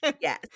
yes